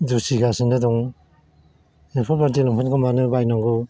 दुसिगासिनो दं बेफोरबायदि लंफेनखौ मानो बायनांगौ